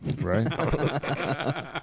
Right